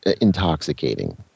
intoxicating